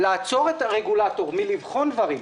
אי אפשר לעצור את הרגולטור מלבחון דברים,